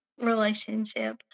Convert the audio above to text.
relationship